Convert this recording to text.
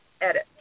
edit